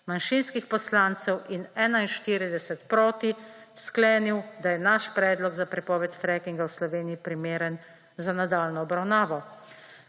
manjšinskih poslancev, in 41 »proti« sklenil, da je naš predlog za prepoved frackinga v Sloveniji primeren za nadaljnjo obravnavo.